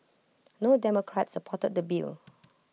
no democrats supported the bill